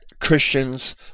Christians